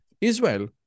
Israel